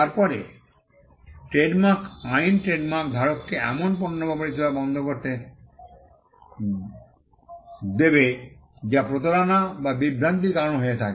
তারপরে ট্রেডমার্ক আইন ট্রেডমার্ক ধারককে এমন পণ্য বা পরিষেবা বন্ধ করতে দেবে যা প্রতারণা বা বিভ্রান্তির কারণ হয়ে থাকে